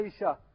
Aisha